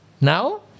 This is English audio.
Now